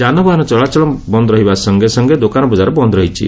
ଯାନବାହନ ଚଳାଚଳ ବନ୍ଦ୍ ରହିବା ସଙେ ସଙେ ଦୋକାନ ବଙ୍କାର ବନ୍ଦ୍ ରହିଛି